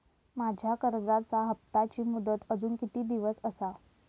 माझ्या कर्जाचा हप्ताची मुदत अजून किती दिवस असा?